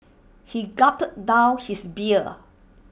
he gulped down his beer